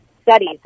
studies